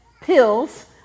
pills